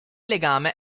legame